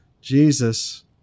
Jesus